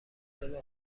ازاده